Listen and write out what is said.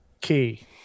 key